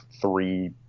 three